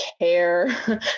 care